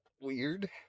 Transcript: weird